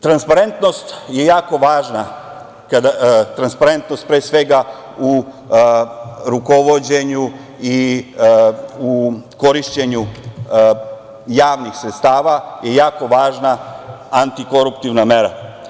Transparentnost je jako važna. transparentnost pre svega u rukovođenju i u korišćenju javnih sredstava je jako važna antikoruptivna mera.